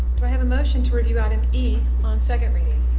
do i have a motion to review item d on second reading?